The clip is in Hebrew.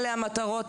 אלה המטרות,